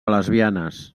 lesbianes